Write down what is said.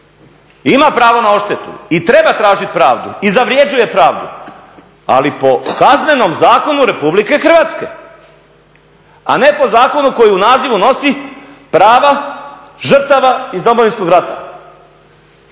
Ima pravo na odštetu i treba tražiti pravdu i zavrjeđuje pravdu, ali po Kaznenom zakonu RH, a ne po zakonu koji u nazivu nosi prava žrtava iz Domovinskog rata.